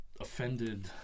offended